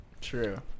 true